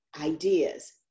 ideas